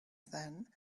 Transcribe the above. then